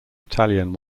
italian